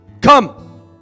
Come